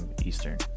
Eastern